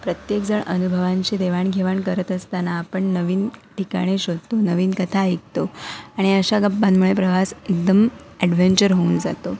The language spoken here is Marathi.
प्रत्येकजण अनुभवांची देवाणघेवाण करत असताना आपण नवीन ठिकाणे शोधतो नवीन कथा ऐकतो आणि अशा गप्पांमुळे प्रवास एकदम ॲडवेंचर होऊन जातो